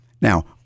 Now